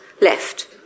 left